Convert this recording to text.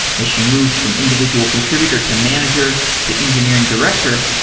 as she moved from individual contr ibutor to manager to engineering director,